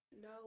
no